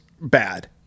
bad